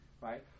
right